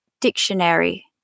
dictionary